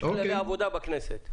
יש כללי עבודה בכנסת.